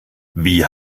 wie